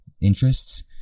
interests